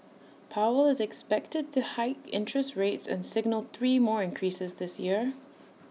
powell is expected to hike interest rates and signal three more increases this year